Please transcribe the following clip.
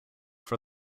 for